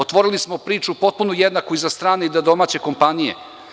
Otvorili smo priču potpuno jednaku i za strane i za domaće kompanije.